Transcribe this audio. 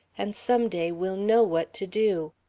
and some day we'll know what to do.